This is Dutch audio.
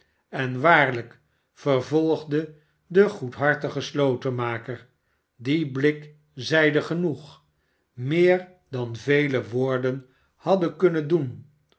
en waarlijk vervolgde de goedhartige slotenmaker die blik zeide genoeg meer dan vele woorden hadden kunnen doen